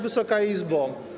Wysoka Izbo!